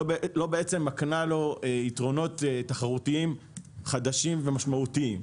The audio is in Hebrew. לא מקנה לו יתרונות תחרותיים חדשים ומשמעותיים,